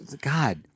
God